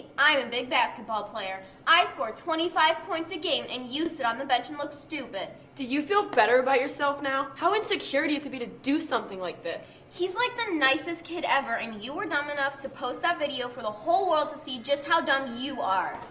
i'm a big basketball player, i scored twenty five points a game and you sit on the bench and look stupid do you feel better about yourself now? how insecure do you have to be to do something like this? hes like the nicest kid ever and you were dumb enough to post that video for the whole world to see just how dumb you are!